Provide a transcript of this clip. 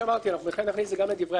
נכניס את זה גם בדברי ההסבר,